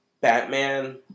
Batman